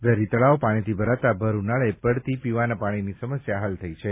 very તળાવ પાણીથી ભરાતા ભર ઉનાળે પડતી પીવાના પાણીની સમસ્યા હલ થઈ છે